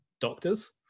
doctors